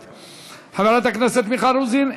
חברת הכנסת מיכל רוזין,